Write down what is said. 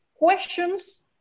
questions